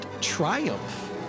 triumph